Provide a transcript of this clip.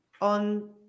on